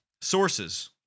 Sources